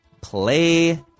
Play